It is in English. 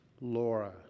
Laura